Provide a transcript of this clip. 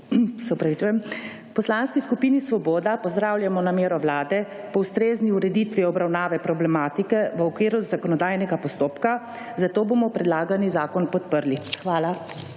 Poslanski skupini Svoboda pozdravljamo namero Vlade po ustrezni ureditvi obravnave problematike v okviru zakonodajnega postopka, zato bomo predlagani zakon podprli. Hvala.